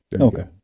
Okay